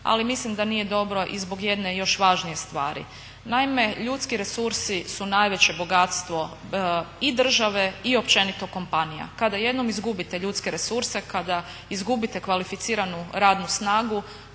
ali mislim da nije dobro i zbog jedne još važnije stvari. Naime, ljudski resursi su najveće bogatstvo i države i općenito kompanija. Kada jednom izgubite ljudske resurse, kada izgubite kvalificiranu radnu snagu